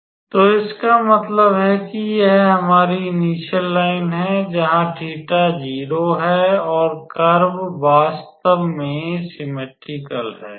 तो इसका मतलब है कि यह हमारी इनिश्यल लाइन है जहां 𝜃 0 है और कर्व वास्तव में सिममेट्रिकल है